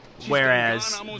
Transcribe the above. Whereas